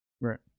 Right